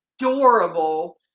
adorable